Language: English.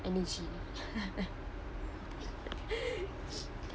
energy